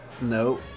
no